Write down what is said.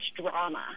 drama